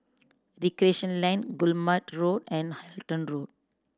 Recreation Lane Guillemard Road and Halton Road